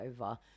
over